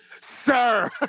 sir